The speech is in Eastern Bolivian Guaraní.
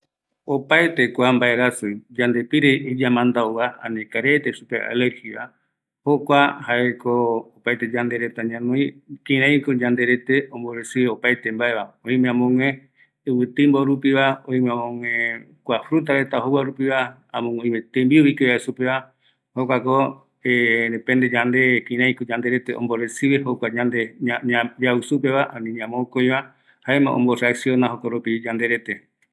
﻿opaete kua mbaerasi yandepire iyamandauva ani karaireta jei supeva alergia jokua jaeko opaete yande reta ñanoi, kiraiko yanderete omboresive opaete mbaeva oime amöguë ivitimbo rupiva, oime amöguë kua fruta reta jouvarupiva amöguï tembiu ikira supeva jokuako depende yande kiraiko yande rete omboresiveko omboresiveko jaekua yande yau supeva ani ñamokoiva jaema omo reacciona yande jokoropi yande rete